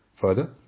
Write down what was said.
Further